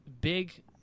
big